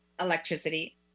Electricity